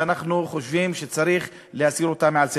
ואנחנו חושבים שצריך להסיר אותה מעל סדר-היום.